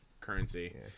currency